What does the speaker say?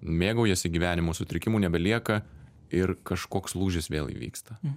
mėgaujasi gyvenimu sutrikimų nebelieka ir kažkoks lūžis vėl įvyksta